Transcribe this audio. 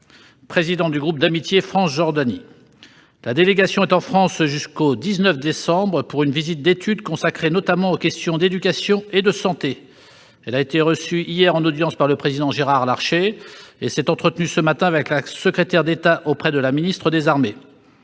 président du groupe d'amitié France-Jordanie. La délégation est en France jusqu'au 19 décembre pour une visite d'étude consacrée notamment aux questions d'éducation et de santé. Elle a été reçue hier en audience par le président Gérard Larcher et s'est entretenue ce matin avec la secrétaire d'État auprès de la ministre des armées.